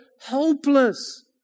hopeless